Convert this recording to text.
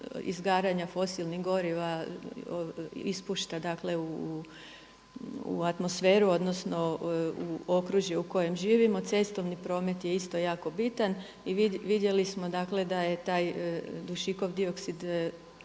izgaranja fosilnih goriva ispušta, dakle u atmosferu, odnosno u okružje u kojem živimo. Cestovni promet je isto jako bitan i vidjeli smo dakle da je taj dušikov dioksid